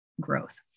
growth